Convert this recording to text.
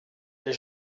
les